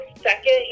second